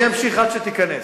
אני אמשיך עד שתיכנס.